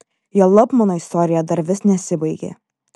juolab mano istorija dar vis nesibaigė